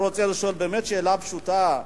אני רוצה לשאול באמת שאלה פשוטה.